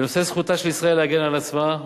בנושא זכותה של ישראל להגן על עצמה,